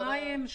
יומיים?